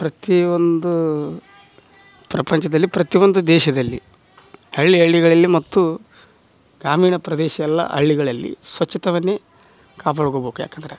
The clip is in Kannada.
ಪ್ರತಿ ಒಂದು ಪ್ರಪಂಚದಲ್ಲಿ ಪ್ರತಿ ಒಂದು ದೇಶದಲ್ಲಿ ಹಳ್ಳಿ ಹಳ್ಳಿಗಳಲ್ಲಿ ಮತ್ತು ಗ್ರಾಮೀಣ ಪ್ರದೇಶ ಎಲ್ಲ ಹಳ್ಳಿಗಳಲ್ಲಿ ಸ್ವಚ್ಛತಯನ್ನೆ ಕಾಪಾಡ್ಕೊಬೇಕು ಯಾಕಂದರೆ